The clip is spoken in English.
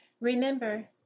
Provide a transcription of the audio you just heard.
Remember